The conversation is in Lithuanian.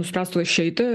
nuspręstų išeiti